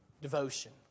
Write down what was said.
Devotion